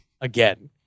again